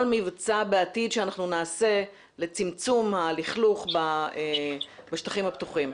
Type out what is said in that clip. מבצע בעתיד שאנחנו נעשה לצמצום הלכלוך בשטחים הפתוחים.